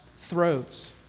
throats